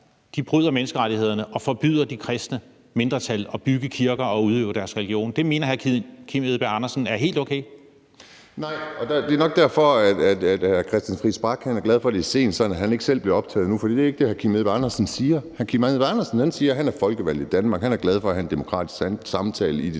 bryder menneskerettighederne og forbyder de kristne mindretal at bygge kirker og udøve deres religion. Det mener hr. Kim Edberg Andersen er helt okay? Kl. 22:23 Kim Edberg Andersen (NB): Nej, og det er nok derfor, hr. Christian Friis Bach er glad for, det er sent, så han ikke selv bliver optaget nu, for det er ikke det, hr. Kim Edberg Andersen siger. Hr. Kim Edberg Andersen siger, at han er folkevalgt i Danmark, og at han er glad for at have en demokratisk samtale i det